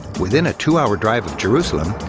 within a two-hour drive of jerusalem,